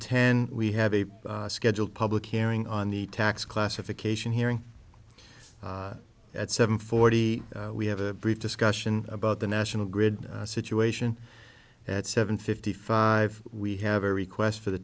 ten we have a scheduled public hearing on the tax classification hearing at seven forty we have a brief discussion about the national grid situation at seven fifty five we have a request for the